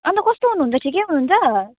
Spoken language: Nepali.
अन्त कस्तो हुनुन्छ ठिकै हुनुहुन्छ